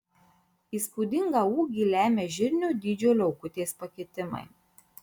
įspūdingą ūgį lemia žirnio dydžio liaukutės pakitimai